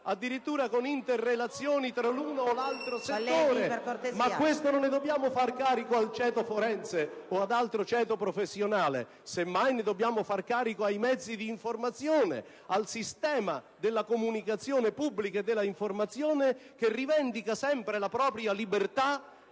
BENEDETTI VALENTINI *(PdL)*. ...o l'altro settore, ma di questo non dobbiamo fare carico al ceto forense o ad altro ceto professionale. Semmai ne dobbiamo far carico ai mezzi d'informazione, al sistema della comunicazione pubblica e dell'informazione, che rivendica sempre la propria libertà,